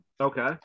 Okay